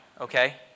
okay